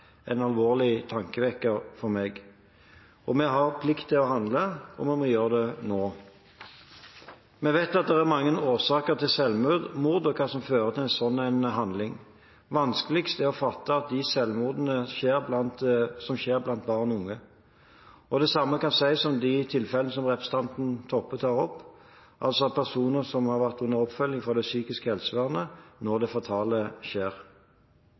en alvorlig tankevekker for meg. Vi har plikt til å handle, og vi må gjøre det nå. Vi vet at det er mange årsaker til selvmord og hva som fører til en slik handling. Vanskeligst å fatte er de selvmordene som skjer blant barn og unge. Det samme kan sies om de tilfellene representanten Toppe tar opp, altså personer som var under oppfølging av det psykiske helsevern da det fatale